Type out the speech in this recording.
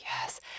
Yes